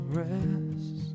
rest